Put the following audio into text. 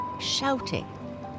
shouting